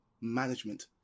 management